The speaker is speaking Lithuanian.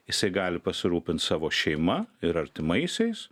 jisai gali pasirūpint savo šeima ir artimaisiais